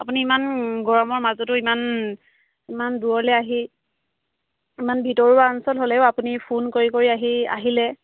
আপুনি ইমান গৰমৰ মাজতো ইমান ইমান দূৰলৈ আহি ইমান ভিতৰুৱা অঞ্চল হ'লেও আপুনি ফোন কৰি কৰি আহি আহিলে